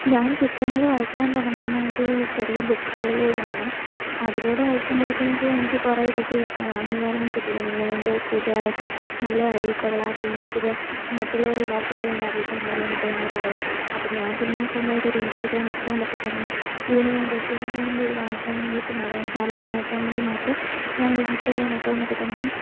ഞാൻ ചിത്രങ്ങള് വരയ്ക്കാൻ തുടങ്ങുന്നത് ചെറിയ ബുക്കുകളിലൂടെയാണ് അതിലൂടെ വരക്കുമ്പോഴത്തേക്കും എനിക്ക് കുറേ ഇതൊക്കെ അംഗീകാരങ്ങള് കിട്ടിയിട്ടുണ്ടെന്ന് എൻ്റെ കൂട്ടുകാരൊക്കെ നല്ലതാടീ കൊള്ളാമെടീ നിനക്കിത് മറ്റുള്ളവരെ ബാക്കിയുള്ളവരെ വേണേ അറിയിക്കാൻ മേലെ എന്നൊക്കെ ഇങ്ങനെ പറയുമായിരുന്നു അപ്പോള് ഞാൻ പിന്നെ സ്വന്തമായിട്ടൊരു ഇൻസ്റ്റഗ്രാം അക്കൗണ്ടൊക്കെ തുടങ്ങി ഇതിനുവേണ്ടി പെയിൻറ്റിങ്ങിൻ്റെ ഇത് കാണിക്കാന് വേണ്ടിയിട്ട് ടാലെൻറ്റ് കാണിക്കാൻ വേണ്ടി മാത്രം ഞാനൊരു ഇൻസ്റ്റഗ്രാം അക്കൗണ്ടൊക്കെ തുടങ്ങി